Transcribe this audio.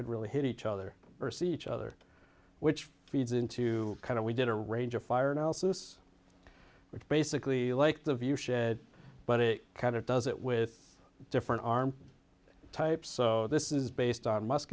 could really hit each other or see each other which feeds into kind of we did a range of fire analysis which basically like the view shed but it kind of does it with different arm types so this is based on mus